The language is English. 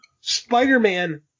spider-man